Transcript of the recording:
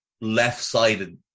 left-sided